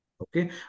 Okay